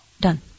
done